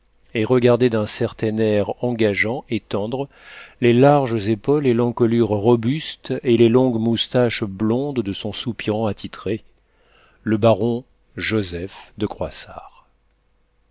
et regardait d'un certain air engageant et tendre les larges épaules et l'encolure robuste et les longues moustaches blondes de son soupirant attitré le baron joseph de croissard